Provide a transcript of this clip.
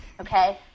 Okay